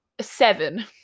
Seven